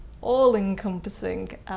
all-encompassing